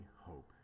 hope